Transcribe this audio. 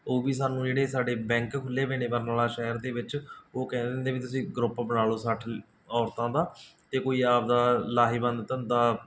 ਉਹ ਵੀ ਸਾਨੂੰ ਜਿਹੜੇ ਸਾਡੇ ਬੈਂਕ ਖੁੱਲ੍ਹੇ ਪਏ ਨੇ ਬਰਨਾਲਾ ਸ਼ਹਿਰ ਦੇ ਵਿੱਚ ਉਹ ਕਹਿ ਦਿੰਦੇ ਵੀ ਤੁਸੀਂ ਗਰੁੱਪ ਬਣਾ ਲਓ ਸੱਠ ਔਰਤਾਂ ਦਾ ਅਤੇ ਕੋਈ ਆਪਣਾ ਲਾਹੇਵੰਦ ਧੰਦਾ